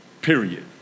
Period